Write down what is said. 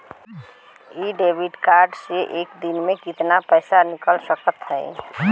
इ debit card से एक दिन मे कितना पैसा निकाल सकत हई?